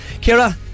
Kira